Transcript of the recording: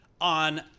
on